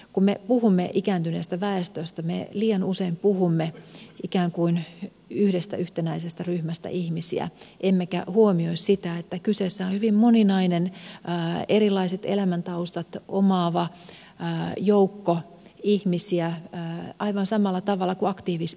kun me puhumme ikääntyneestä väestöstä me liian usein puhumme ikään kuin yhdestä yhtenäisestä ryhmästä ihmisiä emmekä huomioi sitä että kyseessä on hyvin moninainen erilaiset elämäntaustat omaava joukko ihmisiä aivan samalla tavalla kuin aktiiviväestössäkin on